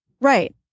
Right